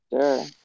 sure